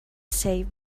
safe